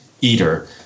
eater